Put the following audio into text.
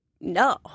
No